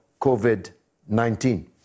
COVID-19